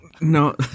no